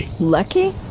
Lucky